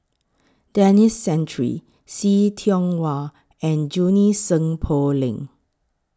Denis Santry See Tiong Wah and Junie Sng Poh Leng